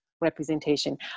representation